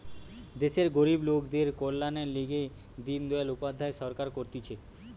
দেশের গরিব লোকদের কল্যাণের লিগে দিন দয়াল উপাধ্যায় সরকার করতিছে